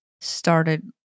started